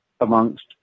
Amongst